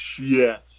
Yes